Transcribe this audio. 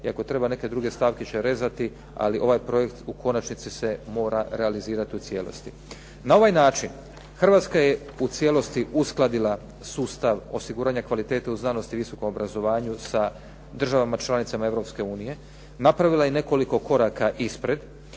I ako treba neke druge stavke će rezati, ali ovaj projekt u konačnici se mora realizirati u cijelosti. Na ovaj način Hrvatske je u cijelosti uskladila sustav osiguranja kvalitete u znanosti i visokom obrazovanju sa državama članicama Europske unije. Napravila je nekoliko koraka ispred